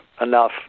enough